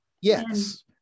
Yes